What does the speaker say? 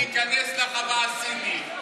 להיכנס לחווה הסינית,